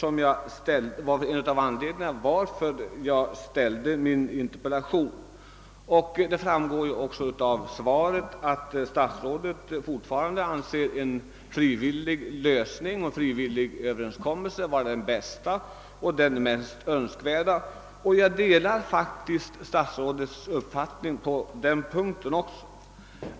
Detta var en av anledningarna till att jag framställde min interpellation. Av svaret framgår också att statsrådet alltjämt anser att en frivillig överenskommelse vore den mest önskvärda och bästa lösningen. Även på den punkten delar jag herr statsrådets uppfattning.